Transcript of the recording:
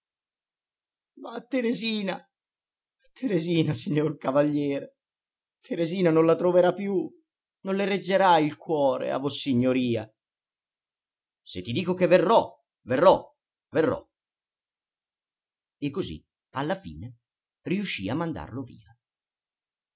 ma teresina teresina signor cavaliere teresina non la troverà più non le reggerà il cuore a vossignoria se ti dico che verrò verrò verrò e così alla fine riuscì a mandarlo via